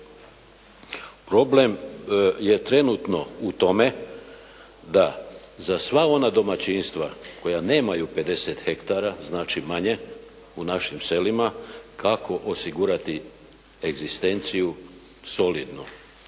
Problem je trenutno u tome da za sva ona domaćinstva koja nemaju 50 hektara znači manje, u našim selima kako osigurati egzistenciju solidnu.